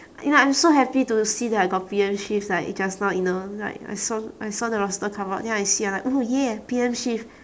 you know I am so happy to see that I got P_M shift like just now you know like I saw I saw the roster come out then I see I'm like oh ya P_M shift